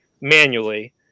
manually